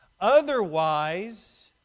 Otherwise